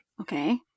okay